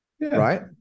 right